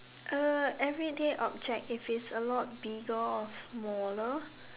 uh everyday object if it's a lot bigger or smaller